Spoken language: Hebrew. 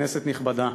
תודה, כנסת נכבדה,